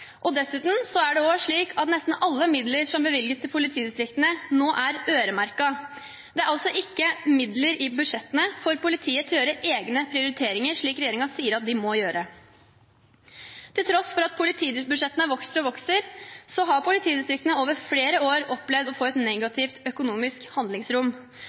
Dessuten er det slik at nesten alle midler som bevilges til politidistriktene, nå er øremerket. Det er altså ikke midler i budsjettene for politiet til å gjøre egne prioriteringer, slik regjeringen sier de må gjøre. Til tross for at politibudsjettene vokser og vokser, har politidistriktene over flere år opplevd å få et negativt økonomisk handlingsrom.